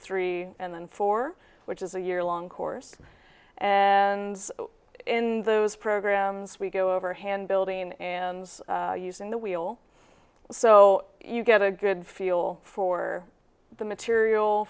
three and four which is a year long course and in those programs we go overhand building and using the wheel so you get a good feel for the material